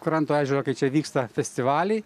krantu ežero kai čia vyksta festivaliai